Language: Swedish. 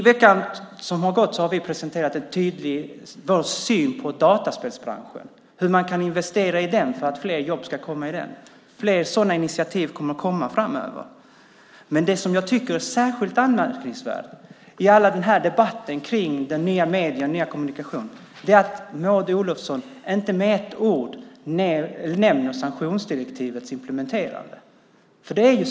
I veckan som har gått har vi presenterat vår syn på dataspelsbranschen och hur man kan investera i den för att det ska komma fler jobb i den. Fler sådana initiativ kommer framöver. Men det jag tycker är särskilt anmärkningsvärt i debatten om de nya medierna och kommunikationerna är att Maud Olofsson inte med ett enda ord nämner sanktionsdirektivets implementering.